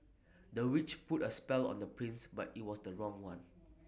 the witch put A spell on the prince but IT was the wrong one